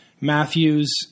Matthews